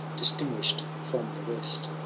distinguish from the rest,